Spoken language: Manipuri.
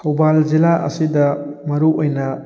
ꯊꯧꯕꯥꯜ ꯖꯤꯜꯂꯥ ꯑꯁꯤꯗ ꯃꯔꯨ ꯑꯣꯏꯅ